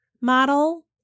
model